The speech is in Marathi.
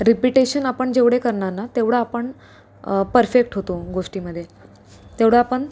रिपीटेशन आपण जेवढे करणार ना तेवढं आपण परफेक्ट होतो गोष्टींमध्ये तेवढं आपण